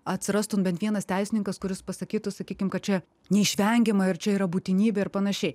atsirastų bent vienas teisininkas kuris pasakytų sakykim kad čia neišvengiama ir čia yra būtinybė ir panašiai